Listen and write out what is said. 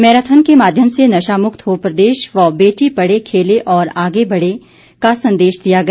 marathon के माध्यम से नशा मुक्त हो प्रदेश व बेटी पढ़े खेले और आगे बढ़े का संदेश दिया गया